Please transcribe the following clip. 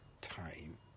time